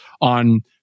on